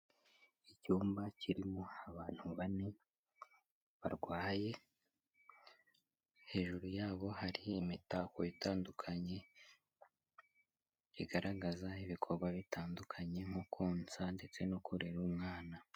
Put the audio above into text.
Icyumba kirimo abantu bane barwaye hejuru yabo hari imitako itandukanye igaragaza ibikorwa bitandukanye nko konsa ndetse no kurera umwana.